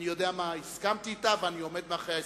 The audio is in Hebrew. אני יודע מה הסכמתי אתה ואני עומד מאחורי ההסכמים.